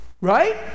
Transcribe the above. Right